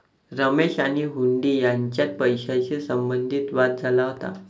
रमेश आणि हुंडी यांच्यात पैशाशी संबंधित वाद झाला होता